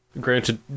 Granted